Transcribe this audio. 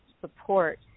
support